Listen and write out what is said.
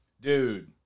Dude